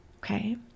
Okay